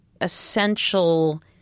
essential